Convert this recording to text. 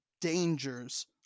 dangers